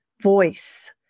voice